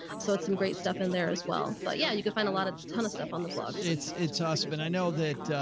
so it's some great stuff in there as well. but yeah, you can find a lot of ton of stuff on the blog. joe it's awesome. and i know that, ah,